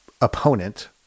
opponent